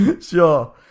Sure